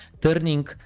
turning